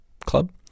club